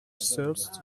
thirst